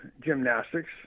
gymnastics